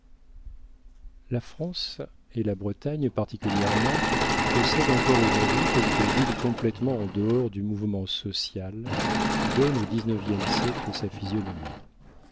la france et la bretagne particulièrement possède encore aujourd'hui quelques villes complétement en dehors du mouvement social qui donne au dix-neuvième siècle sa physionomie